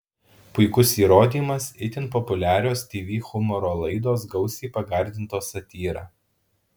puikus įrodymas itin populiarios tv humoro laidos gausiai pagardintos satyra